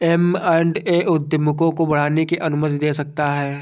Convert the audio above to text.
M and A उद्यमों को बढ़ाने की अनुमति दे सकता है